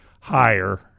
higher